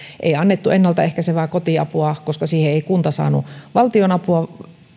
ei annettu ennaltaehkäisevää kotiapua koska siihen ei kunta saanut valtionapua